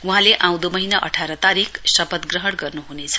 वहाँले आउँदो महीना अठार तारीक शपथ ग्रहण गर्नुहुनेछ